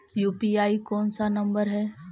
UPI कोन सा number हैं?